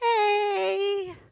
hey